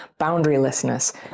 boundarylessness